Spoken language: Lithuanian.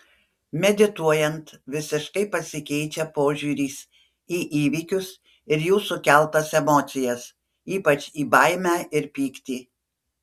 medituojant visiškai pasikeičia požiūris į įvykius ir jų sukeltas emocijas ypač į baimę ir pyktį